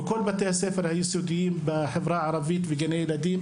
בכל בתי-הספר היסודיים בחברה הערבית וגני הילדים,